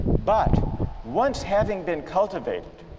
but once having been cultivated